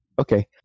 Okay